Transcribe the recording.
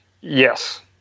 yes